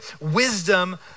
wisdom